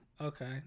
okay